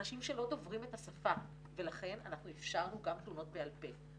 אנשים שלא דוברים את השפה ולכן אנחנו אפשרנו גם תלונות בעל פה.